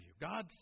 God